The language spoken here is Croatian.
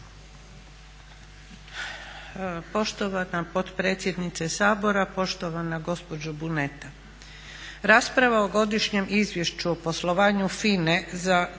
Poštovana potpredsjednice Sabora, poštovana gospođo Buneta. Rasprava o Godišnjem izvješću o poslovanju FINA-e za 2013.